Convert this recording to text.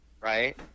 Right